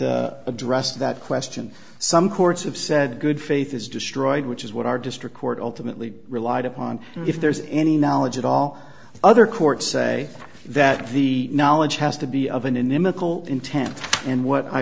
not addressed that question some courts have said good faith is destroyed which is what our district court ultimately relied upon if there's any knowledge at all other courts say that the knowledge has to be of an inimitable intent and what i